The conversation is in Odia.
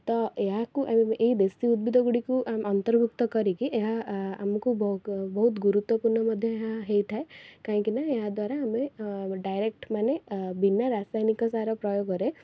ତ ଏହାକୁ ଆଉ ଏହି ଦେଶୀ ଉଦ୍ଭିଦଗୁଡ଼ିକୁ ଆ ଅନ୍ତର୍ଭୁକ୍ତ କରିକି ଏହା ଆ ଆମୁକୁ ବହୁତ ଗୁରୁତ୍ୱପୂର୍ଣ୍ଣ ମଧ୍ୟ ଏହା ହେଇଥାଏ କାହିଁକିନା ଏହାଦ୍ଵାରା ଆମେ ଅ ଡାଇରେକ୍ଟ ମାନେ ଆ ବିନା ରାସାୟନିକସାର ପ୍ରୟୋଗରେ